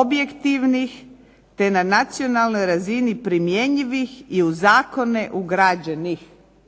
objektivnih te na nacionalnoj razini primjenjivih i u zakone ugrađenih",